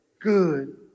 good